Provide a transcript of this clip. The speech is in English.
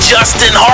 Justin